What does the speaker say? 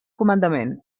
comandament